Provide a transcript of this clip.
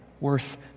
worth